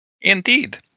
indeed